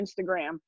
Instagram